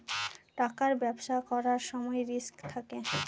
টাকার ব্যবসা করার সময় রিস্ক থাকে